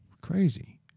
Crazy